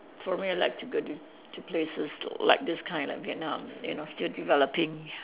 for me I like to go to to places like this kind like Vietnam you know still developing